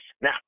Now